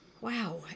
wow